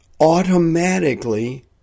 automatically